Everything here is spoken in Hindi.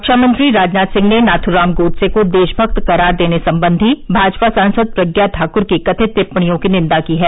रक्षामंत्री राजनाथ सिंह ने नाथूराम गोडसे को देशमक्त करार देने संबंधी भाजपा सांसद प्रज्ञा ठाकुर की कथित टिप्पणियों की निन्दा की है